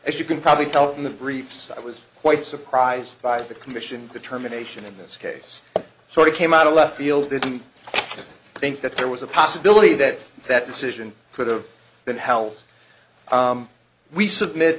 as you can probably tell in the briefs i was quite surprised by the commission determination in this case so it came out of left field that i think that there was a possibility that that decision could have been helped we submit